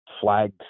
flag